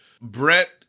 Brett